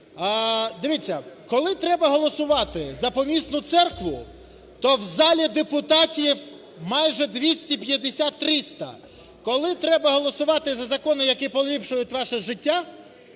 Дивіться, коли треба голосувати за помісну церкву, то в залі депутатів майже 250-300. Коли треба голосувати за закони, які поліпшують ваше життя,